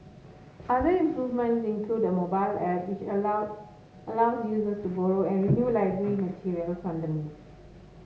other improvement include a mobile app which allow allows users to borrow and renew library materials on the move